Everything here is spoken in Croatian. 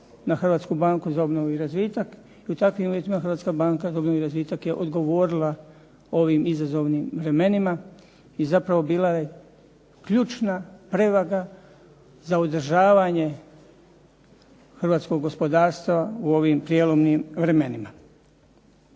na Hrvatsku banku za obnovu i razvitak i u takvim uvjetima Hrvatska banka za obnovu i razvitak je odgovorila ovim izazovnim vremenima i zapravo bila je ključna prevaga za uzdržavanje hrvatskog gospodarstva u ovim prijelomnim vremenima.